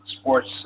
sports